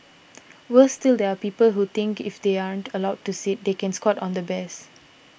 worse still there are people who think if they aren't allowed to sit they can squat on the bears